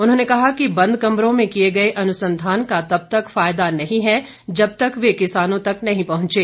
उन्होंने कहा कि बंद कमरों में किए गए अनुसंधान का तब तक फायदा नहीं है जब तक वे किसानों तक नहीं पहुंचे